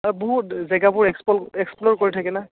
আৰু বহুত জেগাবোৰ এক্সপ'ল এক্সপ্ল'ৰ কৰি থাকে ন